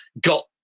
got